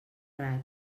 raig